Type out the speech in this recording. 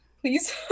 please